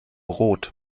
rot